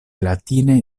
latine